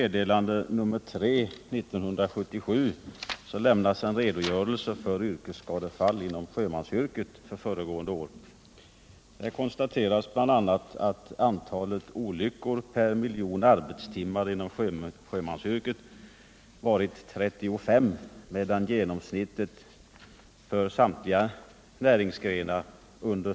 Det ger utslag i olycksstatistiken när arbete utförs under dygnets alla tummar.